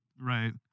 right